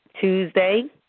Tuesday